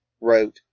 wrote